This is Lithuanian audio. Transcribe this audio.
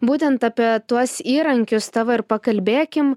būtent apie tuos įrankius tavo ir pakalbėkim